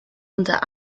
unter